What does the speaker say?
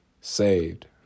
saved